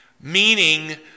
meaning